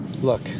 look